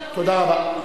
תודה רבה.